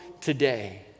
today